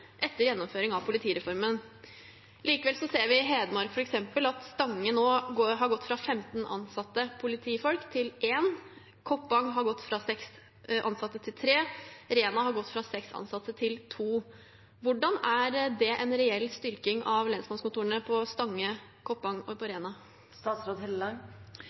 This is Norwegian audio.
etter gjennomføringen av politireformen.» Likevel ser vi i f.eks. Hedmark at Stange nå har gått fra femten ansatte politifolk til én, Koppang har gått fra seks ansatte til tre, og Rena har gått fra seks ansatte til to. Hvordan er det en reell styrking av lensmannskontorene på Stange, Koppang og